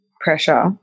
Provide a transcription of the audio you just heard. pressure